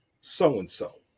so-and-so